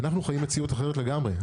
אנחנו חיים מציאות אחרת לגמרי.